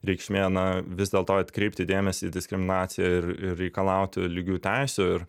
reikšmė na vis dėlto atkreipti dėmesį į diskriminaciją ir ir reikalauti lygių teisių ir